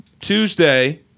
Tuesday